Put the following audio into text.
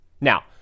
Now